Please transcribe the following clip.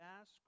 ask